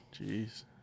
jeez